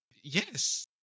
Yes